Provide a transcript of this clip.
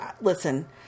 listen